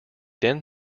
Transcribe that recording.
then